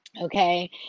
Okay